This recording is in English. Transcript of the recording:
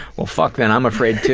well fuck, then i'm afraid too.